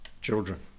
children